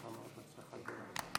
על ההצהרה)